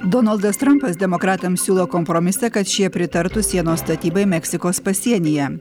donaldas trampas demokratams siūlo kompromisą kad šie pritartų sienos statybai meksikos pasienyje